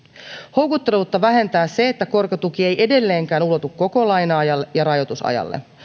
houkuttelevuutta vähentää se että korkotuki ei edelleenkään ulotu koko laina ajalle ja rajoitusajalle